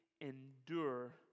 endure